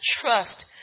trust